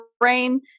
brain